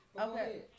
Okay